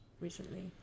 recently